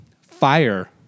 fire